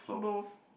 both